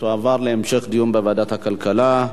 להעביר את הנושא לוועדת הכלכלה נתקבלה.